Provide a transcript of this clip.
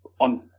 on